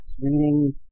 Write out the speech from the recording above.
reading